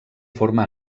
forma